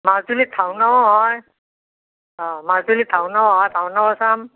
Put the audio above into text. মাজুলীত ভাওনাও হয় অঁ মাজুলীত ভাওনাও হয় ভাওনাও চাম